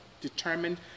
determined